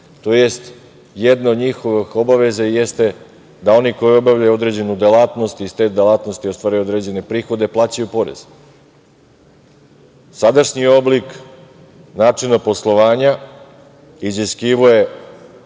tj. jedna od njihovih obaveza jeste da oni koji obavljaju određenu delatnost i iz te delatnosti ostvaruju određene prihode plaćaju porez. Sadašnji oblik načina poslovanja iziskivao